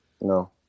No